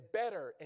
better